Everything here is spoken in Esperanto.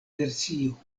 versio